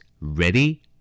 ready